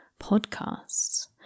podcasts